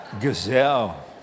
Gazelle